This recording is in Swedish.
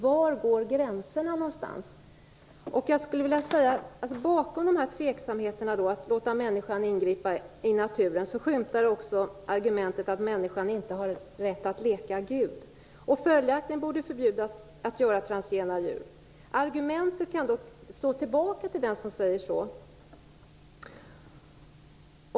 Var går gränserna någonstans? Bakom tveksamheterna mot att låta människan ingripa i naturen skymtar också argumentet att människan inte har rätt att leka Gud. Följaktligen borde forskarna förbjudas att göra transgena djur. Argumentet kan dock slå tillbaka på den som säger så.